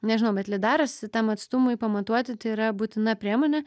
nežinau bet lidaras tam atstumui pamatuoti tai yra būtina priemonė